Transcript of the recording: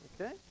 okay